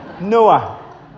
Noah